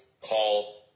call